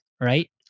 Right